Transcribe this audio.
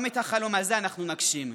גם את החלום הזה אנחנו נגשים.